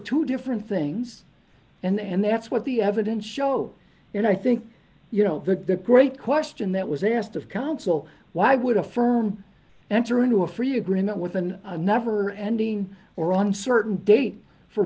two different things and that's what the evidence shows and i think you know the great question that was asked of counsel why would a firm enter into a free agreement with an never ending or on certain date for